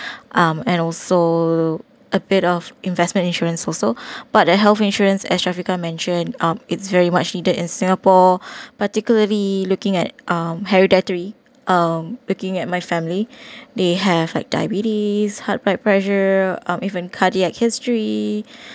um and also a bit of investment insurance also but a health insurance as shafiqah mentioned um it's very much needed in singapore particularly looking at um hereditary um looking at my family they have like diabetes heart blood pressure um even cardiac history